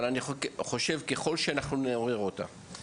אבל אני חושב שככל שנעורר אותה נשיג יותר.